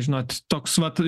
žinot toks vat